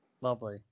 Lovely